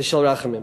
ושל רחמים,